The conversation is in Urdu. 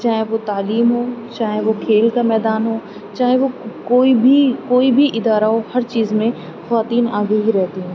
چاہے وہ تعلیم ہو چاہے وہ کھیل کا میدان ہو چاہے وہ کوئی بھی کوئی بھی ادارہ ہو ہر چیز میں خواتین آگے ہی رہتی ہیں